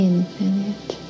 Infinite